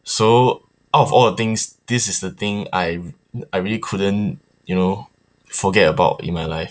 so out of all the things this is the thing I I really couldn't you know forget about in my life